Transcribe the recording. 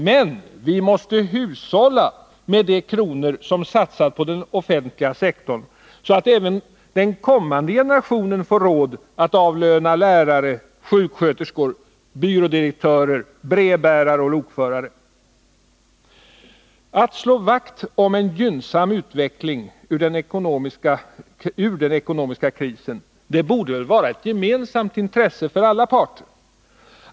Men vi måste hushålla med de kronor som satsas på den offentliga sektorn, så att även den kommande generationen får råd att avlöna lärare, sjuksköterskor, byrådirektörer, brevbärare och lokförare. Att slå vakt om en gynnsam utveckling ur den ekonomiska krisen borde väl vara ett gemensamt intresse för alla parter.